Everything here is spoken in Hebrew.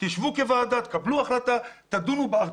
שבו כוועדה, קבלו החלטה, תדונו בה.